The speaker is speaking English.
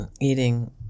eating